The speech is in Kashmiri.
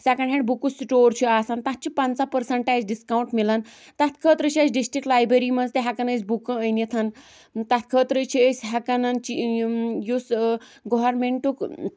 سٮ۪کٮ۪نٛڈ ہینٛڈ بُکٕس سِٹور چھُ آسان تَتھ چھِ پنٛژاہ پٔرسَنٛٹ اَسہِ ڈِسکاوُنٛٹ مِلان تَتھ خٲطرٕ چھِ اَسہِ ڈِسٹرک لیبٔری منٛز تہِ ہٮ۪کان أسۍ بُکہٕ أنِتھ تَتھ خٲطرٕ چھِ أسۍ ہٮ۪کان چی یِم یُس گورمٮ۪نٛٹُک